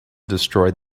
destroyed